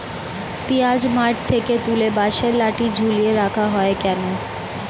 পিঁয়াজ মাঠ থেকে তুলে বাঁশের লাঠি ঝুলিয়ে রাখা হয় কেন?